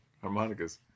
harmonicas